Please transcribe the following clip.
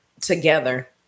together